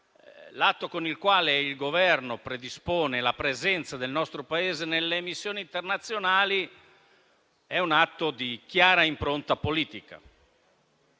l'atto con il quale il Governo predispone la presenza del nostro Paese nelle missioni internazionali è di chiara impronta politica.